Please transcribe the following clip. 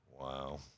Wow